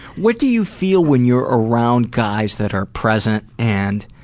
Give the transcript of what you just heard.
what do you feel when you're around guys that are present and